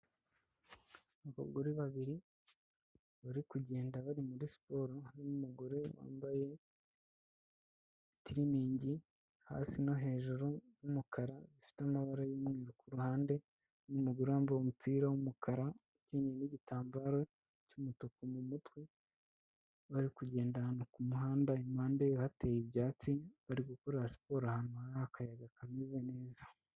Abagore babiri bari kugenda bari muri siporo, harimo umugore wambaye itiriningi hasi no hejuru y'umukara zifite amabara y'umweru ku ruhande n'umugore wambaye umupira w'umukara ukenyeye n'igitambaro cy'umutuku mu mutwe, bari kugenda ahantu ku muhanda impande yaho hateye ibyatsi, bari gukorera siporo ahantu hari akayaga kameze neza.